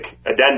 addendum